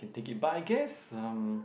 can take it but I guess um